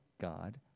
God